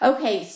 Okay